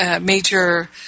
major